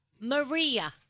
Maria